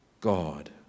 God